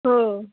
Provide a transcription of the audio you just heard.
हो